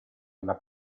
alla